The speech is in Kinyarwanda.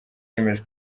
yemeje